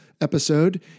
episode